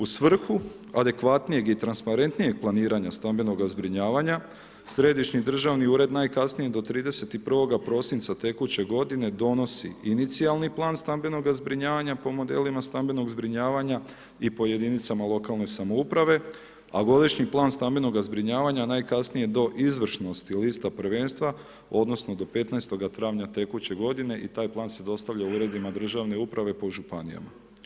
U svrhu adekvatnijeg i transparentnijeg planiranja stambenoga zbrinjavanja, Središnji državni ured najkasnije do 31. prosinca tekuće godine donosi inicijalni plan stambenoga zbrinjavanja po modelima stambenog zbrinjavanja i po jedinicama lokalne samouprave, a godišnji plan stambenoga zbrinjavanja najkasnije do izvršnosti lista prvenstva, odnosno do 15. travnja tekuće godine i taj plan se dostavlja uredima državne uprave po županijama.